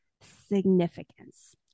significance